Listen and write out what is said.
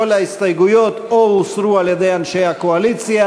כל ההסתייגויות או אושרו על-ידי אנשי הקואליציה